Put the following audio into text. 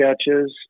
sketches